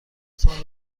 تان